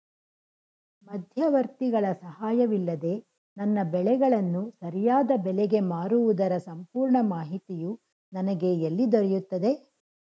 ಮಧ್ಯವರ್ತಿಗಳ ಸಹಾಯವಿಲ್ಲದೆ ನನ್ನ ಬೆಳೆಗಳನ್ನು ಸರಿಯಾದ ಬೆಲೆಗೆ ಮಾರುವುದರ ಸಂಪೂರ್ಣ ಮಾಹಿತಿಯು ನನಗೆ ಎಲ್ಲಿ ದೊರೆಯುತ್ತದೆ?